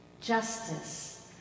justice